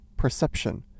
Perception